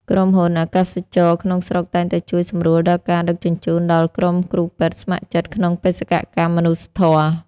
ក្រុមហ៊ុន អាកាសចរណ៍ ក្នុងស្រុកតែងតែជួយសម្រួលការដឹកជញ្ជូនដល់ក្រុមគ្រូពេទ្យស្ម័គ្រចិត្តក្នុងបេសកកម្មមនុស្សធម៌។